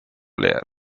player